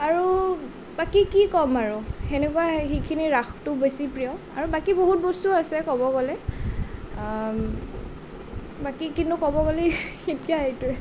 আৰু বাকী কি কম আৰু সেনেকুৱা সেইখিনি ৰাসটো বেছি প্ৰিয় আৰু বাকী বহুত বস্তু আছে ক'ব গ'লে বাকী কিন্তু ক'ব গ'লে এতিয়া এইটোৱে